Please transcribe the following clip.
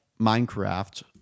Minecraft